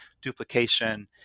duplication